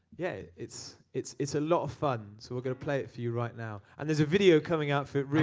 yeah, it's it's a lot of fun, so we're going to play it for you right now. and there's a video coming out for it really,